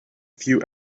few